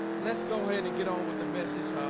let's go ahead and get on with the message